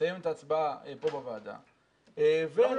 נסיים את ההצבעה פה בוועדה ונמתין.